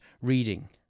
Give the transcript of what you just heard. reading